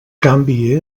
canvi